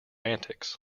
antics